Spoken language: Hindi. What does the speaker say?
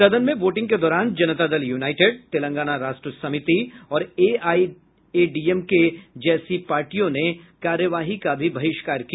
सदन में वोटिंग के दौरान जनता दल यूनाइटेड तेलंगाना राष्ट्र समिति और ए आईडीएम के जैसी पार्टियों ने कार्यवाही का भी बहिष्कार किया